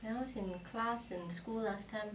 and I always in your class in school last time